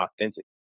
authentic